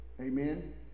Amen